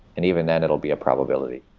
and even then, it will be a probability.